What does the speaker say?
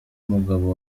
umugabo